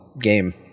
game